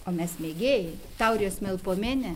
o mes mėgėjai taurijos melpomenė